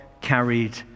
carried